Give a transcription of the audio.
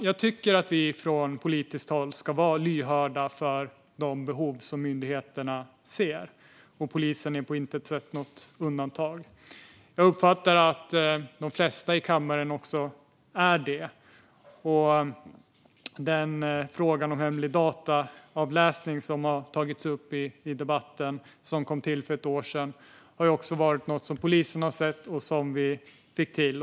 Jag tycker att vi från politiskt håll ska vara lyhörda för de behov myndigheterna ser. Polisen är på intet sätt ett undantag. Jag uppfattar också att de flesta i kammaren är det. Den fråga som har tagits upp i debatten om hemlig dataavläsning, som kom till för ett år sedan, är ett behov som polisen har sett och som vi fick till.